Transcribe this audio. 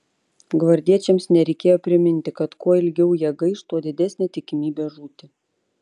gvardiečiams nereikėjo priminti kad kuo ilgiau jie gaiš tuo didesnė tikimybė žūti